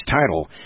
title